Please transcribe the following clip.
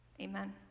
amen